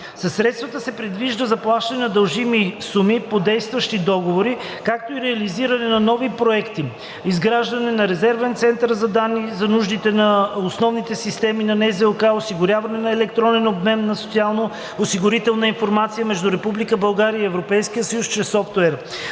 средствата се предвижда заплащане на дължими суми по действащи договори, както и реализиране на нови проекти (изграждане на резервен център за данни за нуждите на основните системи на НЗОК, осигуряване на електронен обмен на социално-осигурителна информация между Република